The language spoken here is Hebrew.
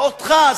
וממך,